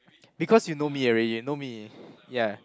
because you know me already you know me ya